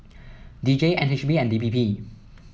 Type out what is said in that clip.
D J N H B and D P P